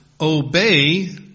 obey